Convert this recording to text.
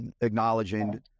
acknowledging